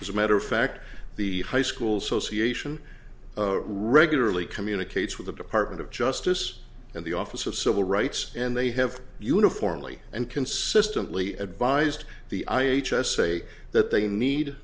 as a matter of fact the high school socit sion regularly communicates with the department of justice and the office of civil rights and they have uniformly and consistently advised the i h s say that they need